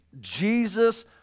Jesus